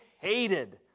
hated